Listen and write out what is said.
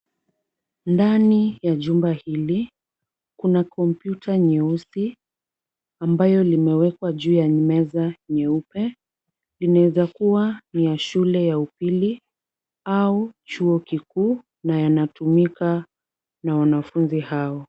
Ndani ya jumba hili, kuna kompyuta nyeusi ambayo limewekwa juu ya meza nyeupe. Linaweza kuwa ni ya shule ya upili au chuo kikuu na yanatumika na wanafunzi hao.